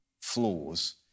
flaws